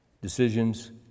decisions